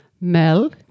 Mel